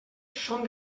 són